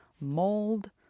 mold